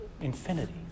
infinity